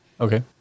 Okay